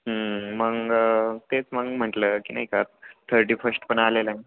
मग तेच मग म्हटलं की नाही का थर्टी फस्ट पण आलेलं आहे